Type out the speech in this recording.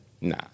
nah